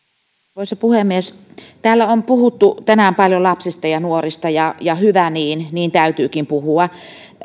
arvoisa puhemies täällä on puhuttu tänään paljon lapsista ja nuorista ja ja hyvä niin niin täytyykin puhua